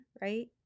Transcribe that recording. right